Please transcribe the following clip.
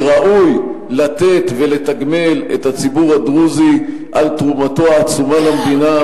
ושראוי לתת ולתגמל את הציבור הדרוזי על תרומתו העצומה למדינה,